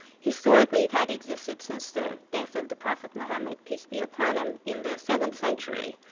historically it had existed since the death of the prophet muhammed, peace be upon him, in the seventh century.